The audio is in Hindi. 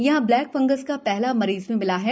यहाँ ब्लैक फंगस का पहला मरीज भी मिला हैं